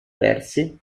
versi